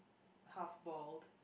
half balled